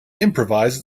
improvise